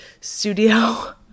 studio